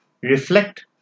reflect